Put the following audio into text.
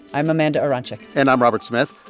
i'm amanda aronczyk and i'm robert smith.